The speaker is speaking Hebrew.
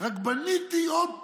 רק בניתי עוד